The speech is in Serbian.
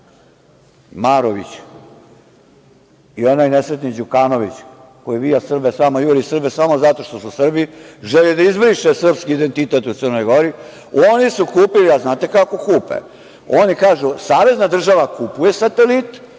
Marović i onaj nesretni Đukanović, koji vija Srbe, samo juri Srbe samo zato što su Srbi, želi da izbriše srpski identitet u Crnoj Gori, oni su kupili… Znate kako kupe? Oni kažu savezna država kupuje satelit,